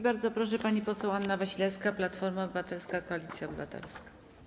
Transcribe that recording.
Bardzo proszę, pani poseł Anna Wasilewska, Platforma Obywatelska - Koalicja Obywatelska.